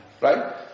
Right